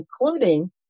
including